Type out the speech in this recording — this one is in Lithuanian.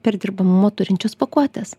perdirbamumo turinčios pakuotės